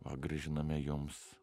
va grąžiname jums